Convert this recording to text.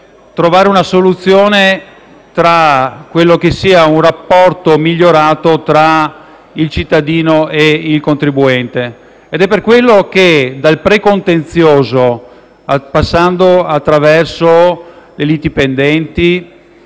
cercare una soluzione in quello che è un rapporto migliorato con il cittadino contribuente. Ed è per quello che dal precontenzioso, passando attraverso le liti pendenti